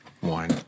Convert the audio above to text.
wine